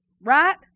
Right